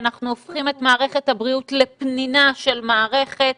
ואנחנו הופכים את מערכת הבריאות לפנינה של מערכת.